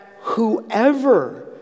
whoever